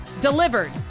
delivered